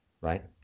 Right